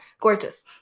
gorgeous